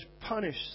punish